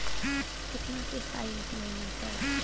कितना किस्त आई एक महीना के?